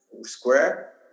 square